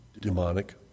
demonic